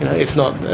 if not,